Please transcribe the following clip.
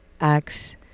acts